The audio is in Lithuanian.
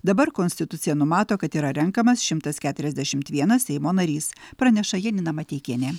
dabar konstitucija numato kad yra renkamas šimtas keturiasdešimt vienas seimo narys praneša janina mateikienė